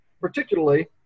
particularly